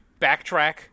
backtrack